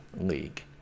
league